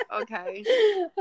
okay